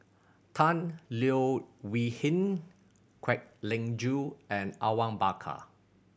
Tan Leo Wee Hin Kwek Leng Joo and Awang Bakar